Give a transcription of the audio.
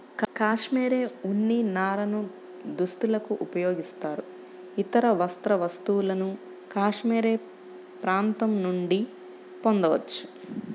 cashmere ఉన్ని నారను దుస్తులకు ఉపయోగిస్తారు, ఇతర వస్త్ర వస్తువులను కాష్మెరె ప్రాంతం నుండి పొందవచ్చు